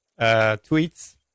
tweets